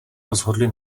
rozhodli